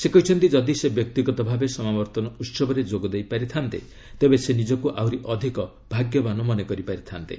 ସେ କହିଚ୍ଚନ୍ତି ଯଦି ସେ ବ୍ୟକ୍ତିଗତ ଭାବେ ସମାବର୍ତ୍ତନ ଉହବରେ ଯୋଗଦେଇ ପାରିଥାନ୍ତେ ତେବେ ସେ ନିଜକୁ ଆହୁରି ଅଧିକ ଭାଗ୍ୟବାନ ମନେକରିଥାନ୍ତେ